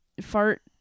fart